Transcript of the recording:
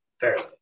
fairly